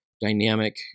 dynamic